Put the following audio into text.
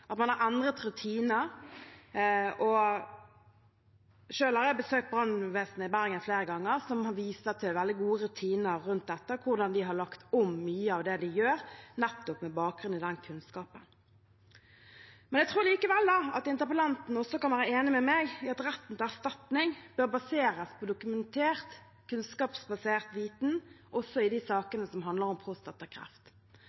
at man har endret rutiner. Selv har jeg besøkt brannvesenet i Bergen flere ganger, som viser til veldig gode rutiner rundt dette, hvordan de har lagt om mye av det de gjør, nettopp med bakgrunn i den kunnskapen. Jeg tror likevel at interpellanten kan være enig med meg i at retten til erstatning bør baseres på dokumentert, kunnskapsbasert viten, også i de